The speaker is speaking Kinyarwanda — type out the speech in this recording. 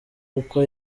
uko